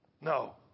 No